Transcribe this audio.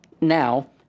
now